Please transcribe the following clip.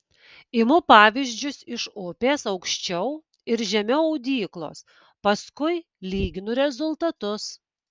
imu pavyzdžius iš upės aukščiau ir žemiau audyklos paskui lyginu rezultatus